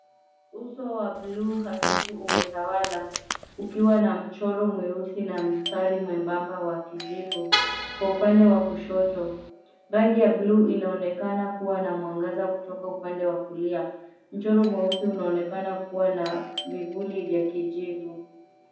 Uso wa bluu hafifu umetawala, ukiwa na mchoro mweusi na mstari mwembamba wa kijivu kwa upande wa kushoto. Rangi ya bluu inaonekana kuwa na mwangaza kutoka upande wa kulia. Mchoro mweusi unaonekana kuwa na vifuli vya kijivu.